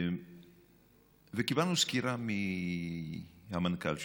קיבלנו סקירה מהמנכ"ל שלך,